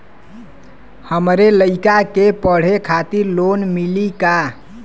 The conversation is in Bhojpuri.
हमरे लयिका के पढ़े खातिर लोन मिलि का?